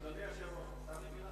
אדוני היושב-ראש, מותר לי מלה?